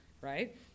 right